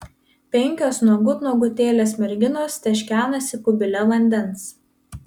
penkios nuogut nuogutėlės merginos teškenasi kubile vandens